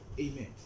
Amen